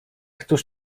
któż